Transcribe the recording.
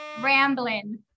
Rambling